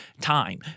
time